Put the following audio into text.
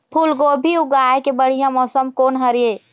फूलगोभी उगाए के बढ़िया मौसम कोन हर ये?